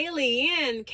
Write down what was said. Alien